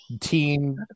teen